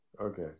Okay